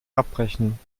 abbrechen